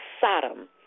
Sodom